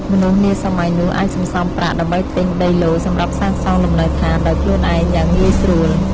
មនុស្សនាសម័យនោះអាចសន្សំប្រាក់ ដើម្បីទិញដីឡូត៍សម្រាប់សាងសង់លំនៅឋានដោយខ្លួនឯងយ៉ាងងាយស្រួល។